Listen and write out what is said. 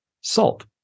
salt